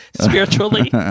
spiritually